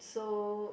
so